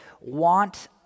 want